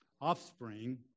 offspring